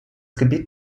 gebiet